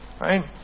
Right